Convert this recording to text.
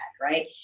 right